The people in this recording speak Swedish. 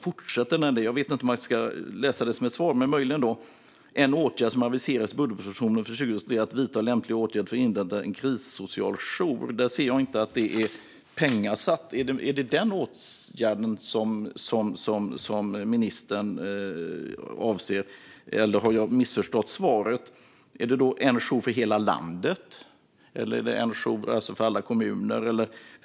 Fortsättningen vet jag inte om man ska tolka som ett svar: "En åtgärd som har aviserats i budgetpropositionen för 2023 är att vidta lämpliga åtgärder för att inrätta en krissocialjour" och så vidare. Jag ser inte att det är pengasatt. Är det den åtgärden som ministern avser, eller har jag missförstått svaret? Är det då en jour för hela landet, alltså för alla kommuner?